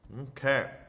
Okay